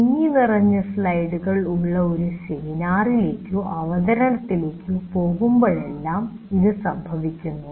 തിങ്ങി നിറഞ്ഞ സ്ലൈഡുകൾ ഉള്ള ഒരു സെമിനാറിലേക്കോ അവതരണത്തിലേക്കോ പോകുമ്പോഴെല്ലാം ഇത് സംഭവിക്കുന്നു